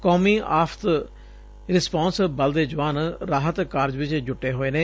ਕੌਮੀ ਆਫ਼ਤ ਰਿਸ਼ਪੌਂਸ ਬਲ ਦੇ ਜੁਆਨ ਰਾਹਤ ਕਾਰਜ ਵਿਚ ਜੁਟੇ ਹੋਏ ਨੇ